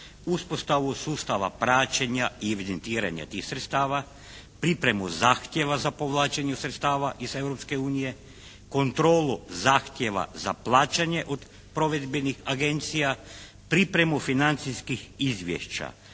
uspostavu sustava praćenja i evidentiranja tih sredstava, pripremu zahtjeva za povlačenje sredstava iz Europske unije, kontrolu zahtjeva za plaćanje od provedbenih agencija, pripremu financijskih izvješća